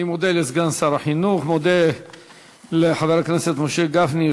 אני מודה לסגן שר החינוך ומודה לחבר הכנסת משה גפני,